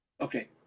okay